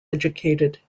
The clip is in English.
educated